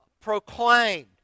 proclaimed